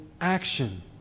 action